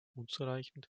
unzureichend